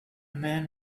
man